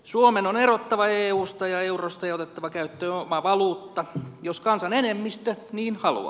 suomen on erottava eusta ja eurosta ja otettava käyttöön oma valuutta jos kansan enemmistö niin haluaa